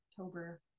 October